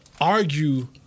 argue